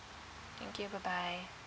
thank you bye bye